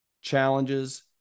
challenges